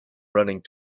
running